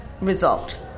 result